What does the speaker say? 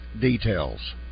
details